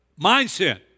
mindset